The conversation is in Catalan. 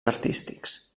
artístics